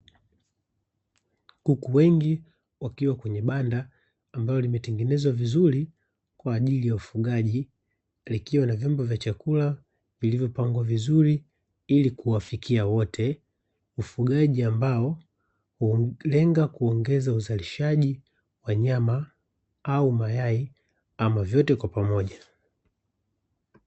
Kuku wengi wakiwa kwenye banda ambalo limetengenezwa vizuri kwa ajili ya ufugaji, likiwa na vyombo vya chakula vilivyopangwa vizuri ili kuwafikia wote, ufugaji ambao hulenga kuongeza uzalishaji wa nyama au mayai ama vyote kwa pamoja.